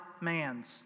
man's